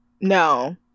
No